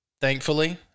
thankfully